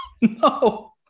No